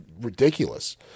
ridiculous